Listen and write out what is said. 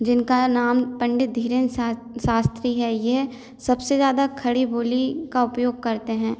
जिनका नाम पंडित धीरेंद्र शास शास्त्री है यह सबसे ज़्यादा खड़ी बोली का उपयोग करते हैं